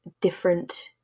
different